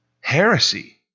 Heresy